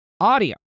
audio